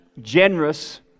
generous